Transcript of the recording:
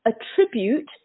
attribute